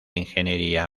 ingeniería